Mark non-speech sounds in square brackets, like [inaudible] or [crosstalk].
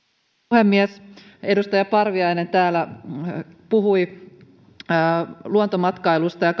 puhemies edustaja parviainen täällä puhui luontomatkailusta ja [unintelligible]